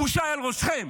הבושה על ראשכם.